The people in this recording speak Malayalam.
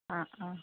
ആ ആ